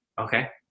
Okay